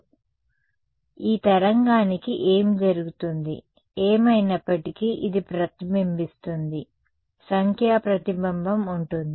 కాబట్టి ఈ తరంగానికి ఏమి జరుగుతుంది ఏమైనప్పటికీ ఇది ప్రతిబింబిస్తుంది సంఖ్యా ప్రతిబింబం ఉంటుంది